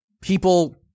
people